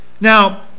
Now